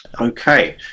okay